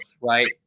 right